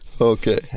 Okay